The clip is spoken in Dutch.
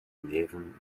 neven